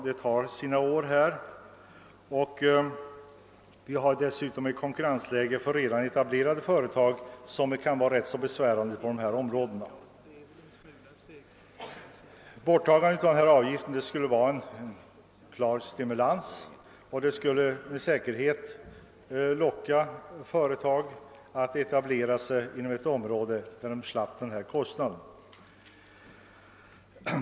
Det tar sina år att få upp den, och vi har dessutom ett konkurrensläge som kan vara ganska besvärande även för redan etablerade företag. Borttagandet av arbetsgivaravgiften skulle innebära en klar stimulans och skulle med säkerhet locka företag att etablera sig inom områden där de skulle slippa denna kostnad.